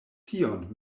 tion